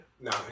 No